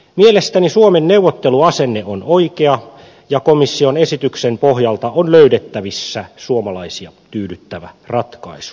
mielestäni suomen neuvotteluasenne on oikea ja komission esityksen pohjalta on löydettävissä suomalaisia tyydyttävä ratkaisu